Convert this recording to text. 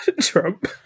Trump